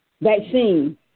vaccine